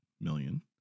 million